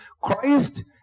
Christ